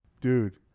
Dude